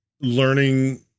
learning